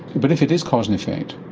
but if it is cause and effect,